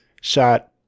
shot